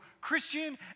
Christian